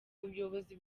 ubuyobozi